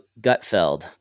Gutfeld